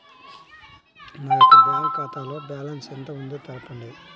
నా యొక్క బ్యాంక్ ఖాతాలో బ్యాలెన్స్ ఎంత ఉందో తెలపండి?